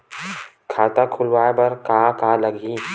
खाता खुलवाय बर का का लगही?